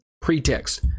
pretext